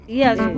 yes